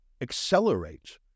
accelerate